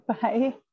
Bye